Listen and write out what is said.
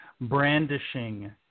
brandishing